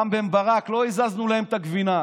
רם בן ברק, לא הזזנו להם את הגבינה.